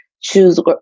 choose